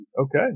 Okay